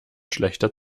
schlechter